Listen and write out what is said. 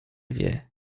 wie